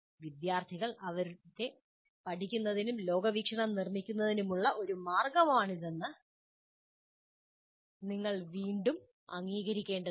വിദ്യാർത്ഥികൾ പഠിക്കുന്നതിനും അവരുടെ ലോകവീക്ഷണം നിർമ്മിക്കുന്നതിനുമുള്ള ഒരു മാർഗമാണിതെന്ന് നിങ്ങൾ വീണ്ടും അംഗീകരിക്കേണ്ടതുണ്ട്